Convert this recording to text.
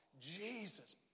Jesus